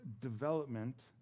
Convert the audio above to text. development